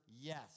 yes